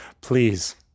please